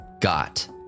got